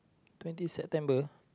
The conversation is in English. twenty September